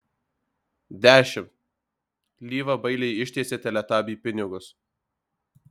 dešimt lyva bailiai ištiesė teletabiui pinigus